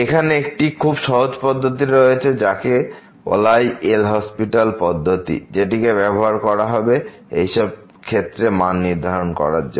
এখানে একটি খুবই সহজ পদ্ধতি রয়েছে যাকে বলা হয় এল হসপিটাল পদ্ধতি যেটিকে ব্যবহার করা হবে এইসব ক্ষেত্রে মান নির্ধারণ করার জন্য